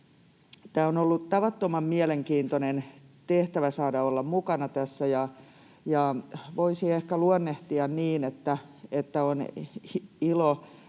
Tämä on ollut tavattoman mielenkiintoinen tehtävä saada olla mukana tässä, ja voisi ehkä luonnehtia niin, että on ilo